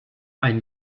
ein